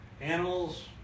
animals